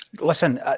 Listen